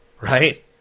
Right